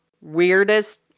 Weirdest